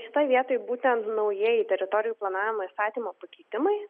šitoj vietoj būtent naujieji teritorijų planavimo įstatymo pakeitimai